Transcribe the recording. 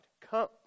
Come